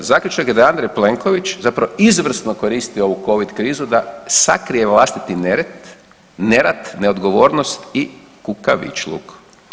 Zaključak je da je Andrej Plenković zapravo izvrsno koristio ovu Covid krizu da sakrije vlastiti nered, nerad, neodgovornost i kukavičluk.